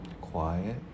quiet